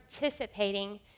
participating